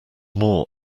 more